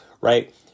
right